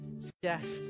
suggest